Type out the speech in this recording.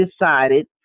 decided